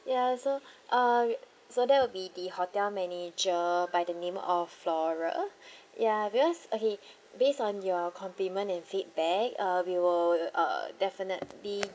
ya so uh so that will be the hotel manager by the name of flora yeah because okay based on your compliment and feedback we will uh definitely